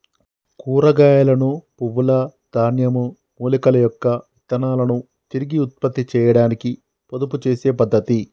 కూరగాయలను, పువ్వుల, ధాన్యం, మూలికల యొక్క విత్తనాలను తిరిగి ఉత్పత్తి చేయాడానికి పొదుపు చేసే పద్ధతి